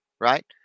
right